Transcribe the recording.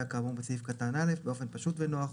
כאמור בסעיף קטן (א) באופן פשוט ונוח,